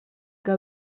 que